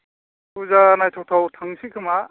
फुजा नायथाव थाव थांसै खोमा